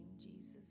Jesus